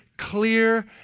clear